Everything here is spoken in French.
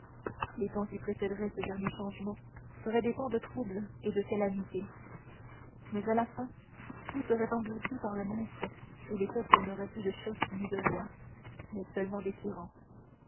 les temps qui précéderaient ce dernier changement seraient des temps de troubles et de calamités mais à la fin tout serait englouti par le monstre et les peuples n'auraient plus de chefs ni de lois mais seulement